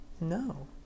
No